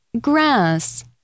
Grass